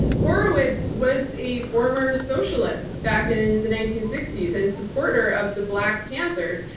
horowitz was a former socialist back in the nineteen sixty s and supporter of the black panthers,